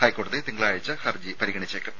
ഹൈക്കോടതി തിങ്കളാഴ്ച ഹർജി പരിഗണിച്ചേക്കും